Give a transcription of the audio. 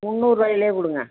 முன்னூருபாயிலயே கொடுங்க